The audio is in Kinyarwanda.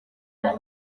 muntu